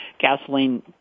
gasoline